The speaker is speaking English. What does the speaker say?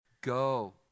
go